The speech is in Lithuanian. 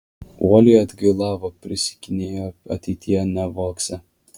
uoliai atgailavo prisiekinėjo ateityje nevogsią